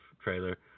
trailer